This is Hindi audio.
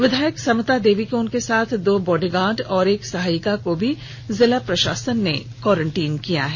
विधायक समता देवी को उनके साथ दो बॉडीगार्ड और एक सहायिका को भी जिला प्रशासन ने क्वारंटीन किया है